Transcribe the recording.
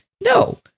No